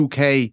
UK